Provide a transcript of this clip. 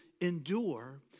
endure